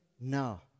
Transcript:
now